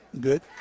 Good